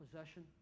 possession